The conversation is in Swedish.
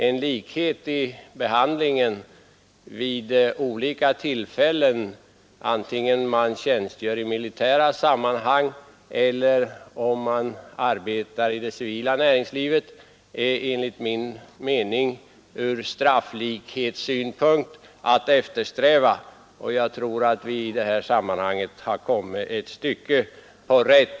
Och likhet i behandlingen oavsett om man tjänstgör i det militära eller arbetar i det civila näringslivet är enligt min mening ur strafflikhetssynpunkt att eftersträva. Jag tror också att vi där har kommit ett stycke på väg.